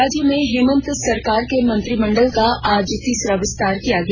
राज्य में हेमन्त सरकार के मंत्रिमंडल का आज तीसरा विस्तार किया गया